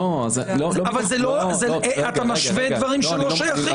אתה משווה דברים שלא שייכים.